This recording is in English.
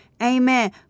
Amen